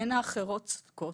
אין האחרות צודקות,